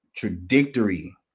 contradictory